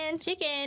Chicken